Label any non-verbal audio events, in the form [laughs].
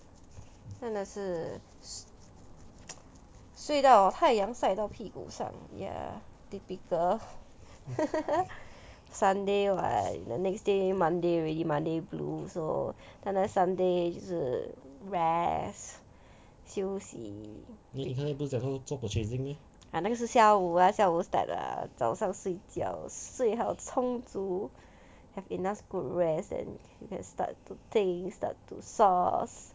看了是睡到太阳晒到屁股上 ya typical [laughs] sunday [what] next day monday already monday blue so 当然 sunday 是 rest 休息 ah 那个是下午 ah 下午 start lah 早上睡觉睡好充足 have enough good rest and you can start to things that to source